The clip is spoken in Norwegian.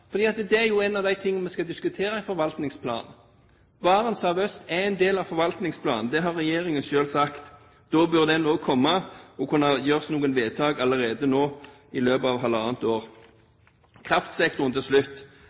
fordi det er en av de tingene vi skal diskutere i forvaltningsplanen. Barentshavet øst er en del av forvaltningsplanen – det har regjeringen selv sagt. Da burde en komme og kunne fatte noen vedtak allerede i løpet av halvannet år. Om kraftsektoren til slutt.